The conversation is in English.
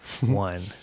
one